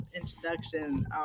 introduction